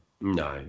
No